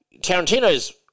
Tarantino's